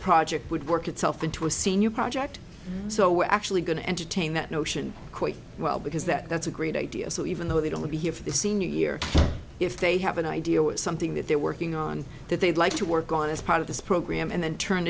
project would work itself into a senior project so we're actually going to entertain that notion quite well because that's a great idea so even though they don't be here for the senior year if they have an idea with something that they're working on that they'd like to work on as part of this program and then turn